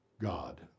God